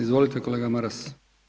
Izvolite, kolega Maras.